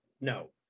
No